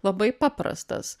labai paprastas